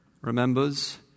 remembers